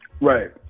Right